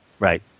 Right